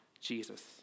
Jesus